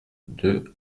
deux